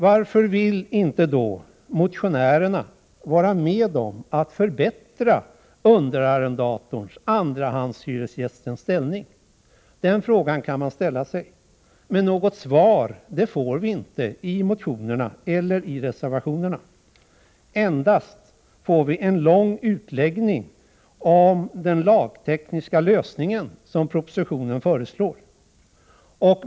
Varför vill då motionärerna inte vara med om att förbättra underarrendatorns, andrahandshyresgästens, ställning? Den frågan kan man ställa sig. Men något svar får man inte vare sig i motionerna eller i reservationerna. Det blir endast en lång utläggning om den lagtekniska lösning som propositionen föreslår.